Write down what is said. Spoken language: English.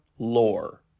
lore